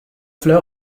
fleur